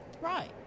Right